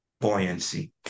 buoyancy